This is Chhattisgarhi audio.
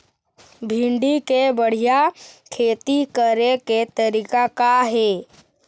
भिंडी के बढ़िया खेती करे के तरीका का हे?